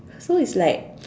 so it's like